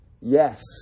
yes